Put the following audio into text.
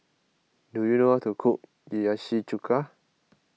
do you know how to cook Hiyashi Chuka